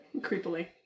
creepily